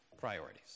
priorities